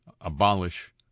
abolish